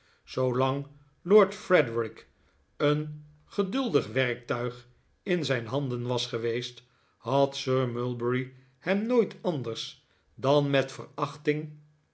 zoolang lord frederik een geduldig werktuig in zijn handen was geweest had sir mulberry hem nooit anders dan met verachting